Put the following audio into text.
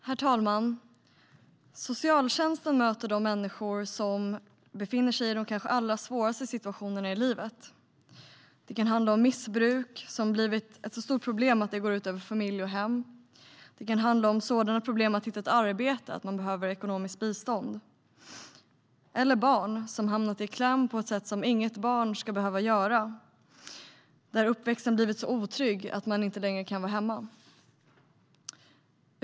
Herr talman! Socialtjänsten möter de människor som befinner sig i de kanske allra svåraste situationerna i livet. Det kan handla om ett missbruk som blivit ett så stort problem att det går ut över familj och hem. Det kan handla om sådana problem som att hitta ett arbete eller att man behöver ekonomiskt bistånd. Eller det kan handla barn - som hamnat i kläm på ett sätt som inget barn ska behöva göra - där uppväxten blivit så otrygg att de inte längre kan vara hemma.